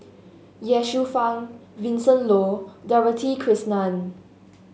Ye Shufang Vincent Leow Dorothy Krishnan